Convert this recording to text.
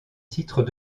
titre